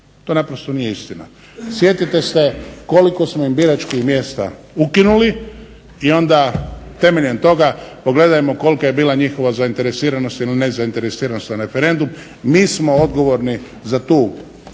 To naprosto nije istina. Sjetite se koliko smo im biračkih mjesta ukinuli i onda temeljem toga pogledajmo kolika je bila njihova zainteresiranost ili nezainteresiranost za referendum. Mi smo odgovorni za tu